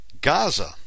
Gaza